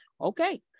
Okay